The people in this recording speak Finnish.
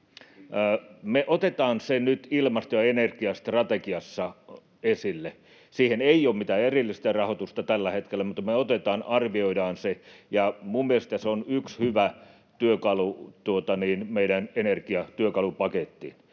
Me otetaan se nyt ilmasto- ja energiastrategiassa esille. Siihen ei ole mitään erillistä rahoitusta tällä hetkellä, mutta me arvioidaan se, ja minun mielestäni se on yksi hyvä työkalu meidän energiatyökalupakettiin.